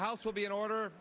house will be in order